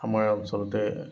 আমাৰ এই অঞ্চলতে